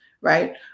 right